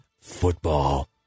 football